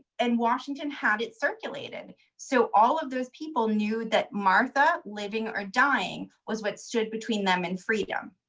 and washington had it circulated so all of those people knew that martha living or dying was what stood between them and freedom